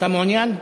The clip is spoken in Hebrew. אתה מעוניין?